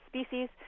species